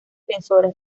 defensores